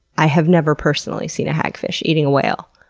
i have never personally seen a hagfish eating a whale,